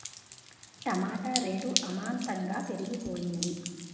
టమాట rate అమాంతంగా పెరిగిపోయింది